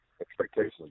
expectations